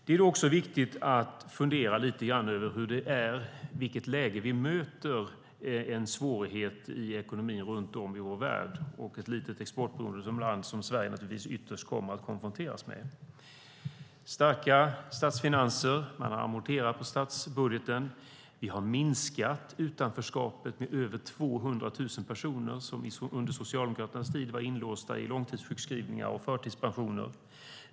Det är också viktigt att fundera lite grann över i vilket läge vi möter en svårighet i ekonomin runt om i vår värld, som ett litet, exportberoende land som Sverige naturligtvis ytterst kommer att konfronteras med. Vi har starka statsfinanser - man har amorterat på statsbudgeten. Vi har minskat utanförskapet med över 200 000 personer, som under Socialdemokraternas tid var inlåsta i långtidssjukskrivningar och förtidspensioner.